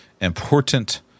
important